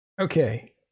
Okay